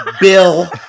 Bill